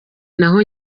naho